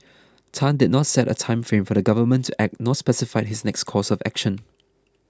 Tan did not set a time frame for the government to act nor specified his next course of action